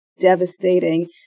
devastating